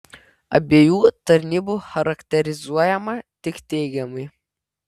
abiejų tarnybų charakterizuojama tik teigiamai